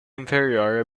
inferiore